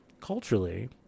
culturally